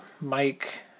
Mike